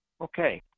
okay